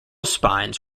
spines